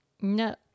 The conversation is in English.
No